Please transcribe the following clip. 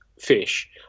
fish